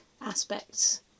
aspects